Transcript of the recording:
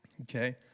okay